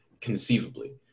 conceivably